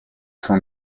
von